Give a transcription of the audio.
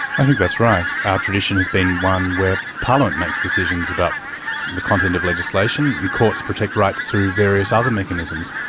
i think that's right. our tradition has been one where parliament makes decisions about the content of legislation, and courts protect rights through various other mechanisms.